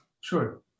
Sure